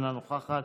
אינה נוכחת,